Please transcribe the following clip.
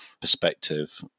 perspective